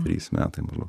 trys metai maždaug